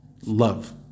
love